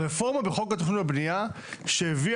הרפורמה בחוק התכנון והבנייה שהביאה,